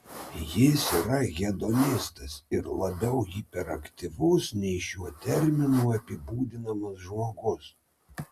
jis yra hedonistas ir labiau hiperaktyvus nei šiuo terminu apibūdinamas žmogus